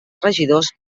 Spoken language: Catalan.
regidors